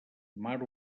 mar